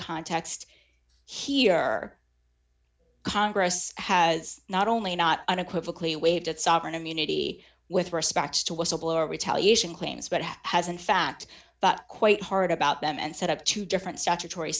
context here congress has not only not unequivocally waived at sovereign immunity with respect to whistleblower retaliation claims but has in fact but quite hard about them and set up two different statutory